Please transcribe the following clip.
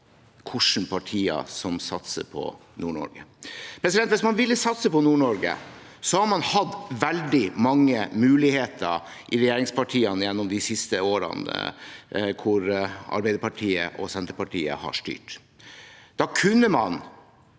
hvilke partier som satser på Nord-Norge. Hvis man ville satset på Nord-Norge, hadde man hatt veldig mange muligheter i regjeringspartiene gjennom de siste årene Arbeiderpartiet og Senterpartiet har styrt. Da kunne man